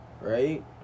Right